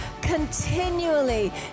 continually